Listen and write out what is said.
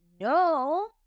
No